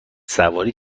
سواری